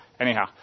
Anyhow